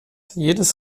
jedes